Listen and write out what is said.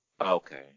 Okay